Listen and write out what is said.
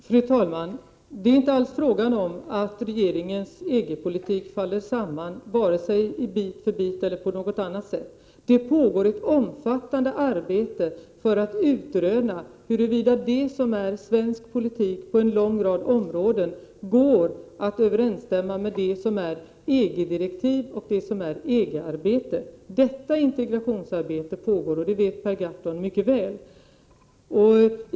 Fru talman! Det är inte alls frågan om att regeringens EG-politik faller samman, vare sig bit för bit eller på något annat sätt. Det pågår ett 23 omfattande arbete för att utröna huruvida det som är svensk politik på en lång rad områden skall kunna stå i överensstämmelse med det som är EG-direktiv och EG-arbete. Detta integrationsarbete pågår, och det vet Per Gahrton mycket väl.